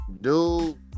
dude